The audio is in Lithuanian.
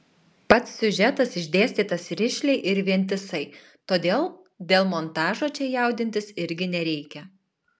pats siužetas išdėstytas rišliai ir vientisai todėl dėl montažo čia jaudintis irgi nereikia